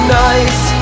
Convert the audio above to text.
nice